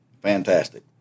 fantastic